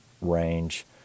range